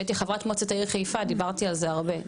כשהייתי חברת מועצת העיר חיפה דיברתי על זה הרבה.